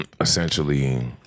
essentially